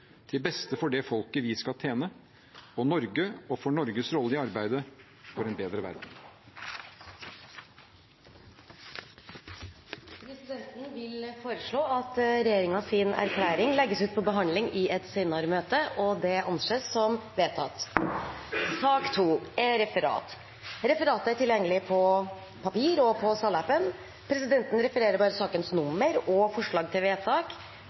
til beste for det folket vi skal tjene, for Norge og for Norges rolle i arbeidet for en bedre verden. Presidenten vil foreslå at regjeringserklæringen legges ut til behandling i et senere møte. – Det anses vedtatt. Dermed er dagens kart ferdigbehandlet. Forlanger noen ordet før møtet heves? – Det gjør ingen, og